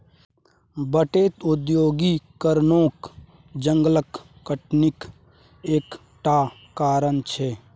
बढ़ैत औद्योगीकरणो जंगलक कटनीक एक टा कारण छै